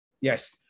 Yes